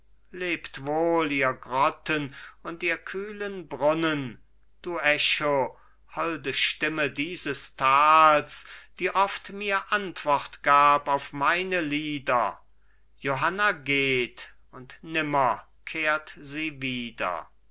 lebt wohl ihr grotten und ihr kühlen brunnen du echo holde stimme dieses tals die oft mir antwort gab auf meine lieder johanna geht und nimmer kehrt sie wieder